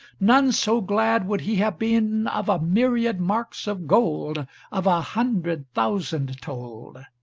none so glad would he have been of a myriad marks of gold of a hundred thousand told.